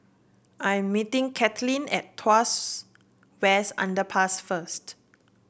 I am meeting Caitlynn at Tuas West Underpass first